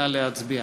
נא להצביע.